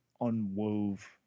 unwove